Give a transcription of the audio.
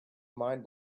mind